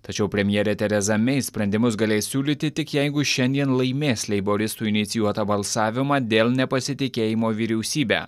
tačiau premjerė tereza mei sprendimus galės siūlyti tik jeigu šiandien laimės leiboristų inicijuotą balsavimą dėl nepasitikėjimo vyriausybe